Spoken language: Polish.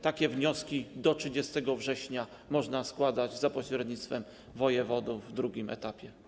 Takie wnioski do 30 września można składać za pośrednictwem wojewodów w drugim etapie.